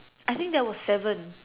I think there was seven